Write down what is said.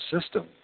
system